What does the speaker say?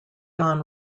don